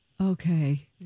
Okay